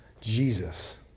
Jesus